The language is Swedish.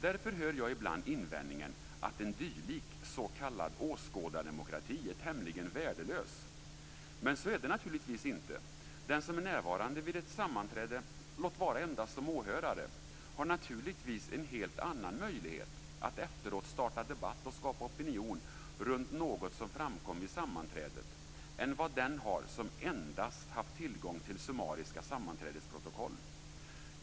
Därför hör jag ibland invändningen att en dylik s.k. åskådardemokrati är tämligen värdelös. Men så är det naturligtvis inte. Den som är närvarande vid ett sammanträde, låt vara endast som åhörare, har naturligtvis en helt annan möjlighet att efteråt starta debatt och skapa opinion runt något som framkom vid sammanträdet än vad den har som endast haft tillgång till summariska sammanträdesprotokoll.